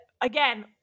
again